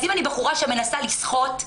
אז אם אני בחורה שמנסה לסחוט,